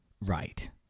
right